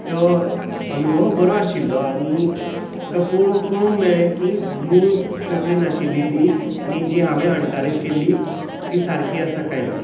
त्यो अनुभव बरो आशिल्लो आनी आमकां पळोवंक पळोवंक मेळ्ळें की मूळ कोंकणींत आशिल्ली ती आनी जी हांवेंन अणकारीत केल्ली ती सारकी आसा काय ना